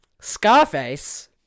Scarface